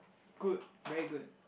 good very good